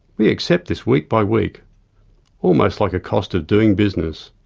we accept this week by week almost like a cost of doing business.